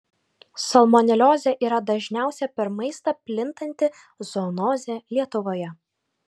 salmoneliozė yra dažniausia per maistą plintanti zoonozė lietuvoje